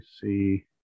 see